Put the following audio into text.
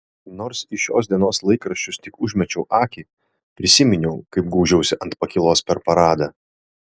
nors į šios dienos laikraščius tik užmečiau akį prisiminiau kaip gūžiausi ant pakylos per paradą